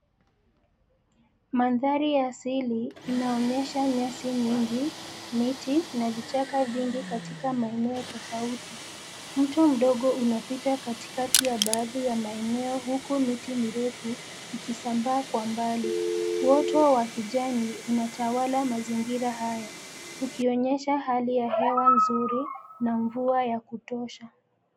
Mandhari ya asili inaonyesha nyasi nyingi, miti na vichaka vingi katika maeneo tofauti. Mto mdogo unapita katikati ya baadhi ya maeneo, huku miti mirefu ikisambaa kwa umbali. Uoto wa kijani unatawala mazingira haya, ukionyesha hali ya hewa nzuri na mvua ya kutosha.